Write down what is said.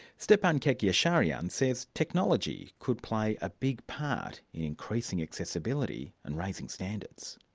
stepan kerkyasharian says technology could play a big part in increasing accessibility and raising standards.